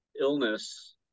illness